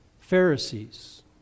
Pharisees